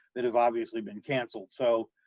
that have obviously been canceled, so,